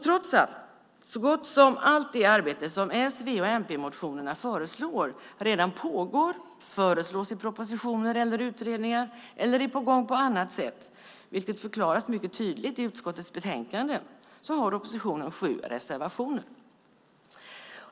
Trots att så gott som allt det arbete som föreslås i s-, v och mp-motionerna redan pågår eller också föreslås i propositioner eller utredningar eller är på gång på annat sätt - vilket mycket tydligt förklaras i utskottets betänkande - har oppositionen sju reservationer.